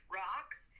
rocks